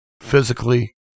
physically